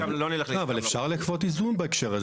לא, אבל אפשר לכפות איזון בהקשר הזה.